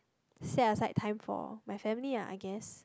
set aside time for my family ah I guess